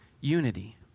unity